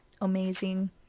amazing